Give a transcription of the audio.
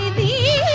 the